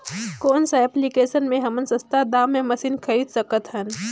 कौन सा एप्लिकेशन मे हमन सस्ता दाम मे मशीन खरीद सकत हन?